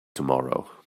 tomorrow